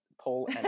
Paul